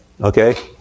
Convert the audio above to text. Okay